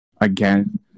again